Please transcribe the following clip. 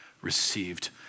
received